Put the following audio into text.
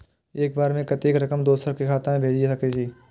एक बार में कतेक रकम दोसर के खाता में भेज सकेछी?